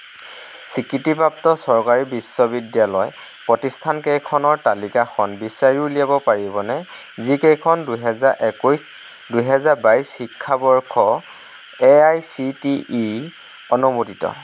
স্বীকৃতিপ্ৰাপ্ত চৰকাৰী বিশ্ববিদ্যালয় প্ৰতিষ্ঠানকেইখনৰ তালিকাখন বিচাৰি উলিয়াব পাৰিবনে যিকেইখন দুহেজাৰ একৈছ দুহেজাৰ বাইছ শিক্ষাবৰ্ষত এআইচিটিই অনুমোদিত